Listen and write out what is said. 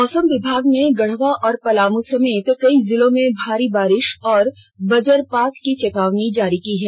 मौसम विभाग ने गढ़वा और पलामू समेत कई जिलों में भारी बारिश और वजपात की चेतावनी जारी की है